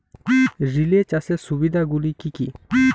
Relay চাষের সুবিধা গুলি কি কি?